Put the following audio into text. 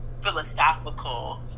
philosophical